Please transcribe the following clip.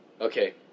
Okay